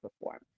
perform